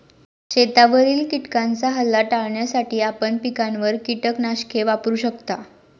शेतावरील किटकांचा हल्ला टाळण्यासाठी आपण पिकांवर कीटकनाशके वापरू शकता